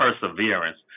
perseverance